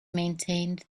maintained